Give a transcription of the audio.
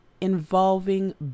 involving